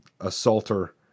assaulter